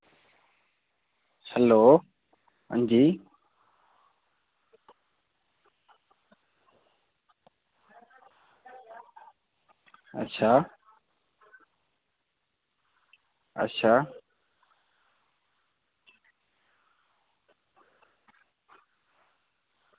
hello हां जी अच्छा अच्छा